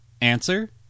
Answer